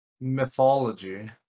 Mythology